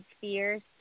fears